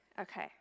Okay